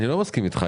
אני לא מסכים אתך.